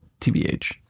TBH